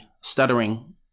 stuttering